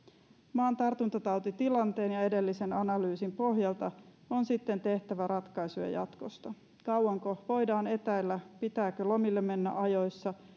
maan tartuntatautitilanteen ja edellisen analyysin pohjalta on sitten tehtävä ratkaisuja jatkosta kauanko voidaan etäillä pitääkö lomille mennä ajoissa ja